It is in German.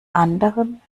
anderen